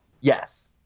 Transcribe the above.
Yes